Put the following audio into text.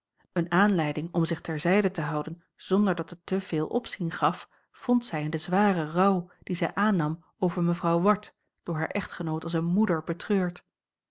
eene aanleiding om zich ter zijde te houden zonder dat het te veel opzien gaf vond zij in den zwaren rouw dien zij aannam over mevrouw ward door haar echtgenoot als eene moeder betreurd